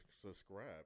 subscribe